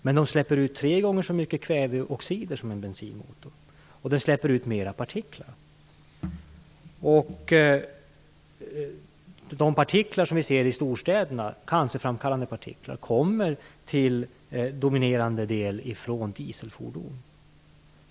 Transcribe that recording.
Men de släpper ut tre gånger så mycket kväveoxider som en bensinmotor, och de släpper ut mer partiklar. De cancerframkallande partiklarna i storstäderna kommer till dominerande del från dieselfordon.